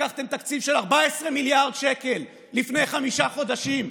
לקחתם תקציב של 14 מיליארד שקל לפני חמישה חודשים,